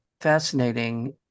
fascinating